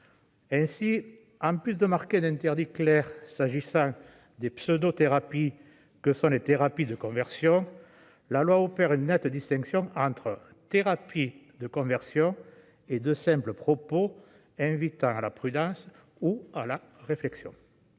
Ainsi, en plus de marquer un interdit clair s'agissant des pseudo-thérapies que sont les thérapies de conversion, la loi opère une nette distinction entre thérapies de conversion et simples propos invitant à la prudence ou à la réflexion.